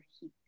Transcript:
heat